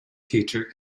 teacher